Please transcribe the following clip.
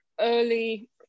early